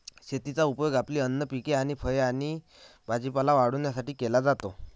शेताचा उपयोग आपली अन्न पिके आणि फळे आणि भाजीपाला वाढवण्यासाठी केला जातो